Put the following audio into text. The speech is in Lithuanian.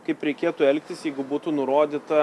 kaip reikėtų elgtis jeigu būtų nurodyta